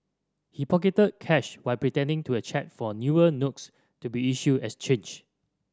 he pocketed cash while pretending to a check for newer notes to be issued as change